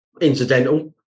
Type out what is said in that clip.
incidental